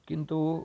किन्तु